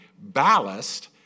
ballast